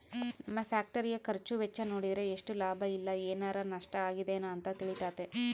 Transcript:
ನಮ್ಮ ಫ್ಯಾಕ್ಟರಿಯ ಖರ್ಚು ವೆಚ್ಚ ನೋಡಿದ್ರೆ ಎಷ್ಟು ಲಾಭ ಇಲ್ಲ ಏನಾರಾ ನಷ್ಟ ಆಗಿದೆನ ಅಂತ ತಿಳಿತತೆ